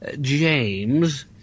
james